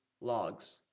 logs